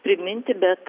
priminti bet